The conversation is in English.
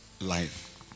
life